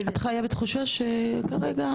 את חיה בתחושה שכרגע.